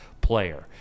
player